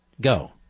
Go